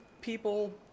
people